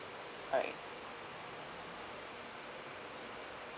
all right